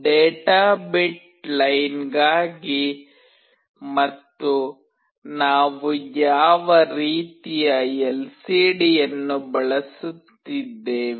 data bit ಲೈನ್ಗಾಗಿ ಮತ್ತು ನಾವು ಯಾವ ರೀತಿಯ ಎಲ್ಸಿಡಿಯನ್ನು ಬಳಸುತ್ತಿದ್ದೇವೆ